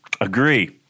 agree